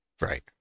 right